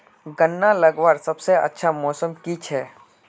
गन्ना लगवार सबसे अच्छा मौसम की छे?